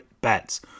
Bets